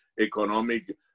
economic